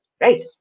right